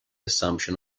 assumption